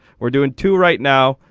we're doing to right now.